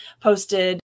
posted